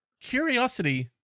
curiosity